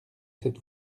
cette